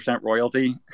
royalty